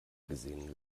gesehen